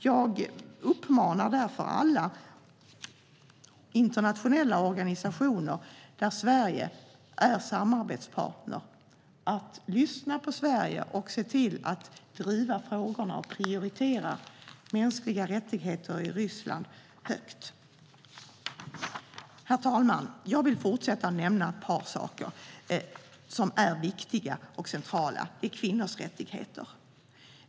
Jag uppmanar alla internationella organisationer där Sverige är samarbetspartner att lyssna på Sverige och se till att driva frågorna och prioritera mänskliga rättigheter i Ryssland högt. Herr talman! Jag vill fortsätta med att nämna några saker som är viktiga och centrala när det gäller kvinnors rättigheter.